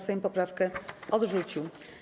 Sejm poprawkę odrzucił.